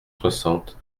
soixante